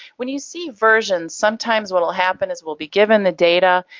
when you see versions sometimes what will happen is we'll be given the data,